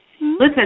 Listen